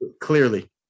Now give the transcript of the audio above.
Clearly